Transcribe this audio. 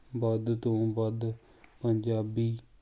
ਵੱਧ ਤੋਂ ਵੱਧ ਪੰਜਾਬੀ